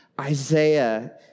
Isaiah